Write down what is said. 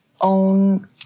own